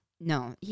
No